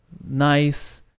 nice